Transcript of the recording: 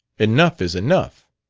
enough is enough.